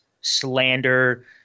slander